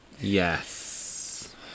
Yes